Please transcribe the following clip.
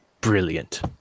Brilliant